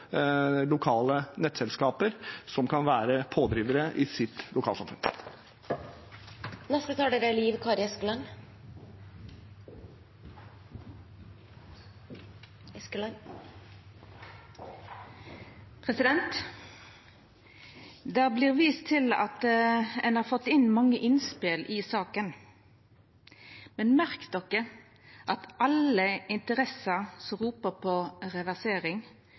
lokale nettselskap som kan være pådrivere i sitt lokalsamfunn. Det vert vist til at ein har fått mange innspel i saka. Men ingen av dei som ropar på reversering,